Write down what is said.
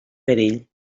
perill